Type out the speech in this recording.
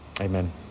Amen